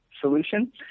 solution